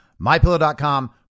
MyPillow.com